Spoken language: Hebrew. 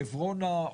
בעברונה,